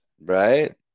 right